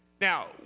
Now